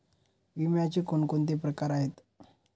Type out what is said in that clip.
विम्याचे कोणकोणते प्रकार आहेत?